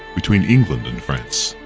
between england and france.